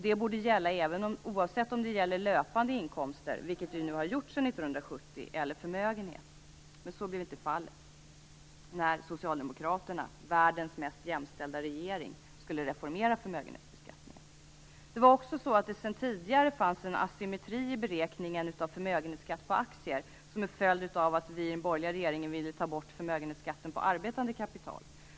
Det borde gälla oavsett om det gäller löpande inkomster, vilket det nu har gjort sedan 1970, eller förmögenhet. Men så blev inte fallet när Socialdemokraterna, världens mest jämställda regering, skulle reformera förmögenhetsbeskattningen. Det fanns sedan tidigare en asymmetri i beräkningen av förmögenhetsskatt på aktier som en följd av att den borgerliga regeringen ville ta bort förmögenhetsskatten på arbetande kapital.